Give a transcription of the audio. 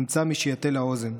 נמצא מי שיטה לה אוזן.